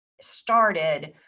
started